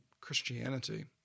Christianity